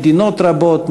במדינות רבות,